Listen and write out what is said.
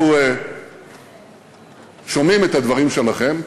אנחנו שומעים את הדברים שלכם.